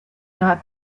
not